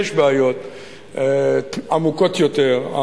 בעיות עמוקות יותר,